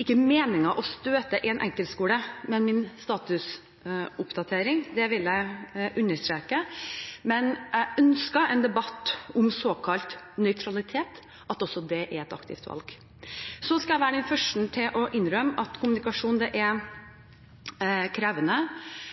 ikke meningen å støte en enkeltskole med min statusoppdatering, det vil jeg understreke, men jeg ønsket en debatt om at såkalt nøytralitet også er et aktivt valg. Så skal jeg være den første til å innrømme at kommunikasjon er